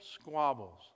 squabbles